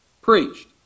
preached